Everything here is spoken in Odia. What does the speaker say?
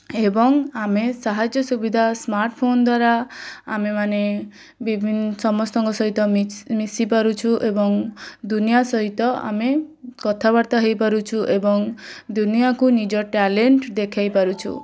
ଏବଂ ଆମେ ସାହାଯ୍ୟ ସୁବିଧା ସ୍ମାର୍ଟ୍ଫୋନ୍ ଦ୍ଵାରା ଆମେମାନେ ସମସ୍ତଙ୍କ ସହିତ ମିଶିପାରୁଛୁ ଏବଂ ଦୁନିଆ ସହିତ ଆମେ କଥାବାର୍ତ୍ତା ହୋଇପରୁଛୁ ଏବଂ ଦୁନିଆକୁ ନିଜ ଟ୍ୟାଲେଣ୍ଟ୍ ଦେଖାଇପାରୁଛୁ